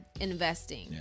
investing